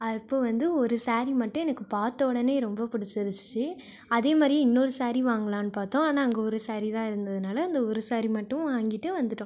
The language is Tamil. அப்போ வந்து ஒரு சாரி மட்டும் எனக்கு பார்த்த உடனே ரொம்ப புடுச்சிடுச்சி அதே மாதிரியே இன்னொரு சாரி வாங்கலான்னு பார்த்தோம் ஆனால் அங்கே ஒரு சாரி தான் இருந்ததுனால இந்த ஒரு சாரி மட்டும் வாங்கிட்டு வந்துட்டோம்